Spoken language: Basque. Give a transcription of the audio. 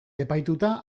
epaituta